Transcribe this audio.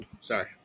Sorry